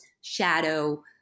shadow